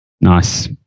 Nice